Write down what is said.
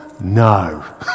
No